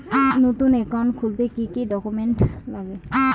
নতুন একাউন্ট খুলতে কি কি ডকুমেন্ট লাগে?